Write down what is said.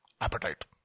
appetite